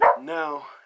Now